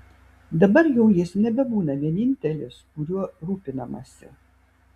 dabar jau jis nebebūna vienintelis kuriuo rūpinamasi